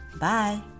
bye